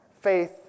Faith